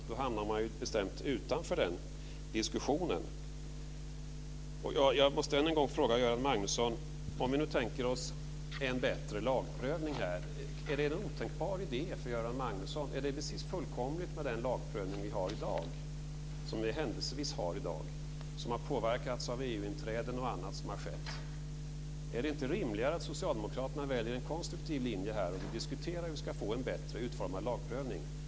Men då hamnar man bestämt utanför diskussion. Om vi nu tänker oss en bättre lagprövning, är det en otänkbar idé för Göran Magnusson? Är det fullkomligt med den lagprövning som vi händelsevis har i dag och som har påverkats av EU-inträdet och annat som har skett? Är det inte rimligare att socialdemokraterna väljer en konstruktiv linje och är med och diskuterar hur vi ska få en bättre utformad lagprövning?